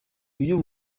uyu